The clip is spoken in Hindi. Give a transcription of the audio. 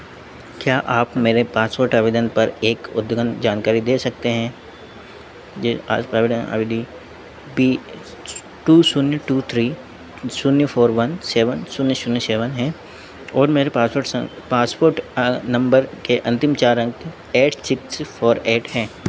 क्या आप मेरे पासपोर्ट आवेदन पर एक अद्यतन जानकारी दे सकते हैं जी ऑल सबेडन आई डी पी टू शून्य टू थ्री शून्य फोर वन सेवन शून्य शून्य सेवन है और मेरे पासपोर्ट स पासपोर्ट नम्बर के अन्तिम चार अंक एट सिक्स फोर एट हैं